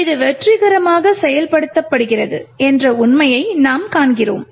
இது வெற்றிகரமாக செயல்படுத்தப்படுகிறது என்ற உண்மையை நாம் காண்கிறோம்